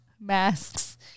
masks